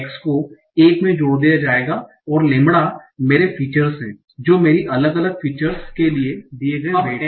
x को 1 में जोड़ दिया जाएगा और लैम्ब्डा मेरे फीचर्स हैं जो मेरी अलग अलग फीचर्स के दिए गए वेट हैं